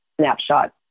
snapshot